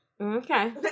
Okay